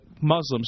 Muslims